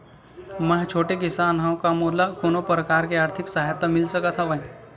मै ह छोटे किसान हंव का मोला कोनो प्रकार के आर्थिक सहायता मिल सकत हवय?